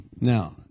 Now